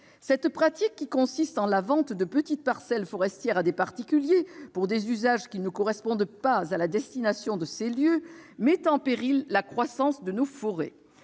Cette pratique, qui consiste en la vente de petites parcelles forestières à des particuliers, pour des usages qui ne correspondent pas à la destination de ces lieux, met en péril la croissance de nos forêts.